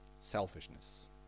Selfishness